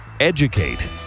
Educate